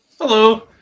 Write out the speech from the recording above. Hello